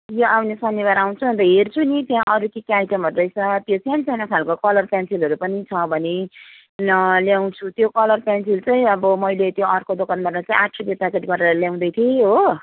यो आउने शनिबार आउँछु अन्त हेर्छु नि त्यहाँ अरू के के आइटमहरू रहेछ त्यो सानो सानो खालको कलर पेन्सिलहरू पनि छ भने ल्याउँछु त्यो कलर पेन्सिल चाहिँ अब मैले त्यो अर्को दोकानबाट चाहिँ आठ रुपियाँ प्याकेट गरेर ल्याउँदैथिएँ हो